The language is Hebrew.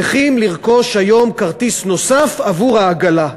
צריכים לרכוש היום כרטיס נוסף עבור העגלה.